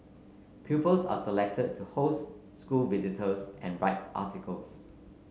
pupils are selected to host school visitors and write articles